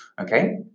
Okay